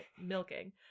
milking